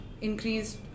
increase